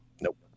Nope